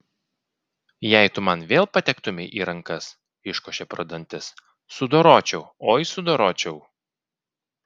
jei tu man vėl patektumei į rankas iškošė pro dantis sudoročiau oi sudoročiau